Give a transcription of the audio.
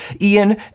Ian